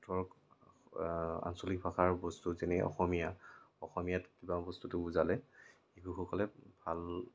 ধৰক আঞ্চলিক ভাষাৰ বস্তু যেনে অসমীয়া অসমীয়াত কিবা বস্তুটো বুজালে শিশুসকলে ভাল